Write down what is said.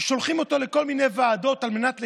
שולחים אותו לכל מיני ועדות על מנת לקבל,